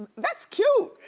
that's cute!